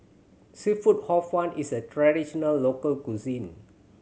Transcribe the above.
seafood Hor Fun is a traditional local cuisine